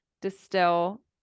distill